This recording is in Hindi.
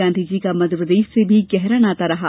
गांधी जी का मध्यप्रदेश से भी गहरा नाता रहा